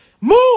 Move